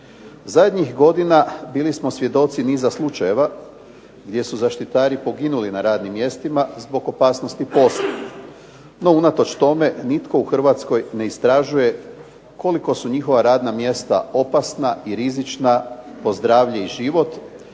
Zadnjih godina bili smo svjedoci niza slučajeva gdje su zaštitari poginuli na radnim mjestima zbog opasnosti posla, no unatoč tome nitko u Hrvatskoj ne istražuje koliko su njihova radna mjesta opasna i rizična po zdravlje i život